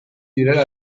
direla